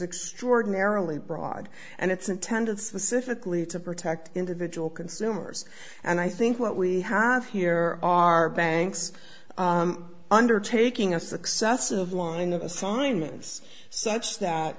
extraordinarily broad and it's intended specifically to protect individual consumers and i think what we have here are banks undertaking a successive line of assignments such that